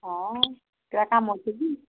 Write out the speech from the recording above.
ହଁ ତୋର କାମ ଅଛି କି